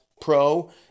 pro